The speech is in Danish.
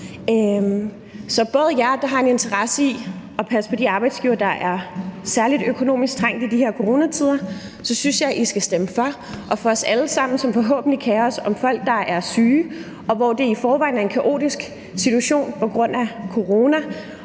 Så I, der har en interesse i at passe på de arbejdsgivere, der er særligt økonomisk trængt i de her coronatider, synes jeg skal stemme for. Og for os alle sammen, som forhåbentlig kerer os om folk, der er syge, og hvor det i forvejen er en kaotisk situation på grund af corona